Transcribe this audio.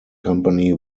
company